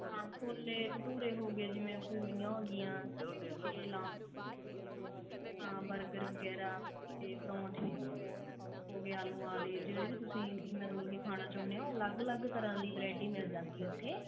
ਹਾਂ ਛੋਲੇ ਭਟੂਰੇ ਹੋ ਗਏ ਜਿਵੇਂ ਪੂਰੀਆਂ ਹੋ ਗਈਆਂ ਹਾਂ ਬਰਗਰ ਵਗੈਰਾ ਅਤੇ ਪਰੌਠੇ ਹੋ ਗਏ ਆਲੂਆਂ ਵਾਲੇ ਜਿਹੜੇ ਵੀ ਤੁਸੀਂ ਮਤਲਬ ਕਿ ਖਾਣਾ ਚਹੁੰਦੇ ਹੋ ਅਲੱਗ ਅਲੱਗ ਤਰ੍ਹਾਂ ਦੀ ਵਰੈਟੀ ਮਿਲ ਜਾਂਦੀ ਹੈ ਉੱਥੇ